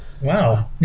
Wow